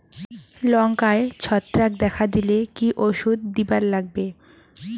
লঙ্কায় ছত্রাক দেখা দিলে কি ওষুধ দিবার লাগবে?